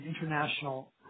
international